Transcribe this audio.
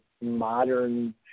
modern